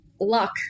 luck